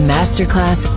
Masterclass